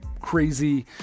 crazy